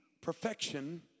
perfection